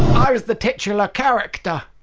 i was the titular character